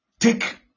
Take